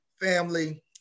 family